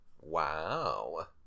Wow